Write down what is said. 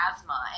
asthma